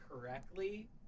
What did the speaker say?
correctly